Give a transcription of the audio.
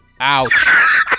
Ouch